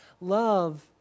love